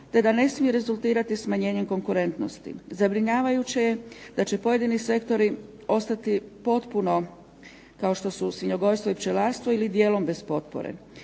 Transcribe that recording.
te da ne smije rezultirati smanjenjem konkurentnosti. Zabrinjavajuće je da će pojedini sektori ostati potpuno kao što su svinjogojstvo i pčelarstvo ili dijelom bez potpore.